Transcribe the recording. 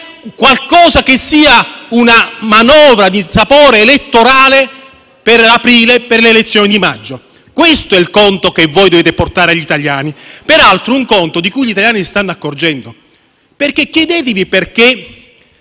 qualcosa che sia una manovra di sapore elettorale per le elezioni di aprile e maggio. Questo è il conto che dovete portare agli italiani, peraltro un conto di cui gli italiani si stanno accorgendo. Chiedetevi per